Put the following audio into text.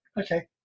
Okay